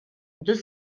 deux